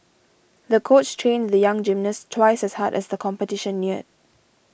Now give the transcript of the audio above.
the coach trained the young gymnast twice as hard as the competition neared